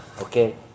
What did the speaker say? Okay